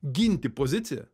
ginti poziciją